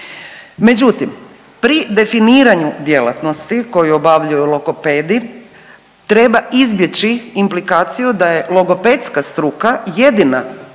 Međutim, pri definiranju djelatnosti koji obavljaju logopedi treba izbjeći implikaciju da je logopedska struka jedina koja